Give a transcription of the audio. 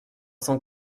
cent